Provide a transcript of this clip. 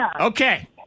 Okay